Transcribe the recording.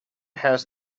has